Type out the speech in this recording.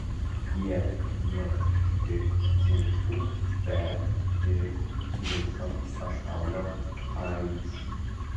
jie ne tik mūsų bet ir viso pasaulio aids